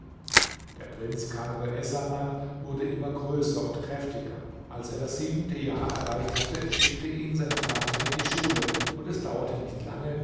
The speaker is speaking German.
der prinz kamr essaman wurde immer größer und kräftiger als er das siebente jahr erreicht hatte schickte ihn sein vater in die schule und es dauerte nicht lange